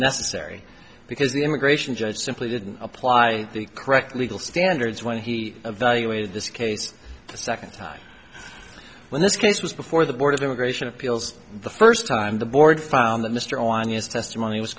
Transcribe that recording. necessary because the immigration judge simply didn't apply the correct legal standards when he evaluated this case the second time when this case was before the board of immigration appeals the first time the board found that mr on his testimony was